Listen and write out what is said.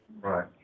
Right